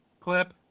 clip